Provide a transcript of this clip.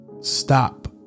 stop